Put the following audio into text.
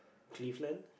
Cleveland